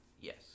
Yes